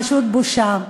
פשוט בושה.